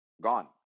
Gone